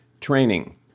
training